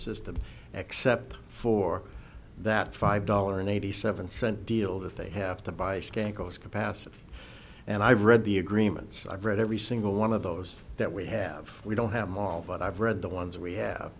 system except for that five dollars an eighty seven cent deal that they have to buy scarecrows capacity and i've read the agreements i've read every single one of those that we have we don't have more but i've read the ones we have